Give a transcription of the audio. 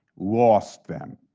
lost them.